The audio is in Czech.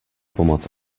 pomoc